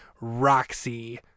Roxy